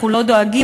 אנחנו לא דואגים,